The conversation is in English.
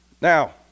Now